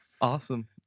Awesome